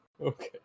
Okay